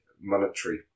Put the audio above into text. monetary